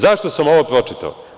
Zašto sam ovo pročitao?